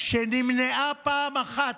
שנמנעה פעם אחת,